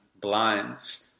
blinds